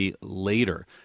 later